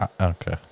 okay